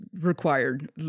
required